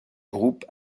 groupes